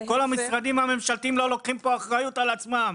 כל המשרדים הממשלתיים לא לוקחים פה אחריות על עצמם.